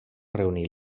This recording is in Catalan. reunir